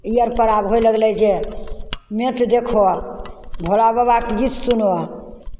ई अरपर आब होय लगलै जे नेट देखहो भोलाबाबाके गीत सुनहौ